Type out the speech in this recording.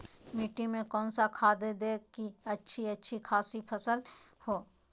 मिट्टी में कौन सा खाद दे की अच्छी अच्छी खासी फसल हो?